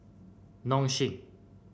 Nong Shim